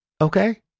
Okay